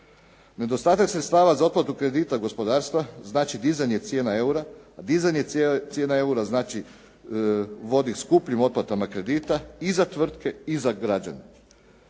Nedostatak sredstava za otplatu kredita gospodarstva znači dizanje cijena eura, a dizanje cijena eura znači, vodi skupljim otplatama kredita i za tvrtke i za građane.